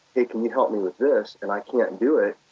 hey, can you help me with this and i can't do it,